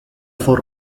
for